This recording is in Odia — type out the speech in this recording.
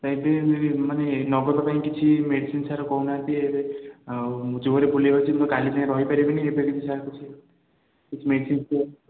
ମାନେ ନଗଦ ପାଇଁ କିଛି ମେଡ଼ିସିନ୍ ସାର୍ କହୁନାହାଁନ୍ତି ଆଉ ଜୋରେ ବୁଲାଇହେଉଛି କିନ୍ତୁ କାଲି ପାଇଁ ରହିପାରିବିନି ସାର୍ କିଛି ମେଡ଼ିସିନ୍ ଦିଅନ୍ତୁ